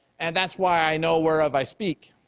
and that's why i know where of i speak.